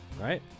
right